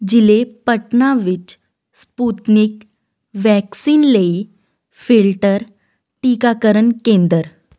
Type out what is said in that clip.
ਜ਼ਿਲ੍ਹੇ ਪਟਨਾ ਵਿੱਚ Sputnik vaccine ਲਈ ਫਿਲਟਰ ਟੀਕਾਕਰਨ ਕੇਂਦਰ